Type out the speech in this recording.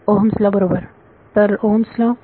Ohm's लॉOhm's lawबरोबर तर ओहमस् लॉOhm's law